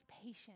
patient